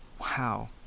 Wow